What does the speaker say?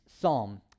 psalm